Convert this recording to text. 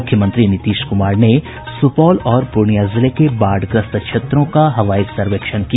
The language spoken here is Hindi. मुख्यमंत्री नीतीश कुमार ने सुपौल और पूर्णियां जिले के बाढ़ग्रस्त क्षेत्रों का हवाई सर्वेक्षण किया